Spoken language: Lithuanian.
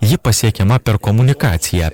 ji pasiekiama per komunikaciją